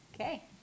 Okay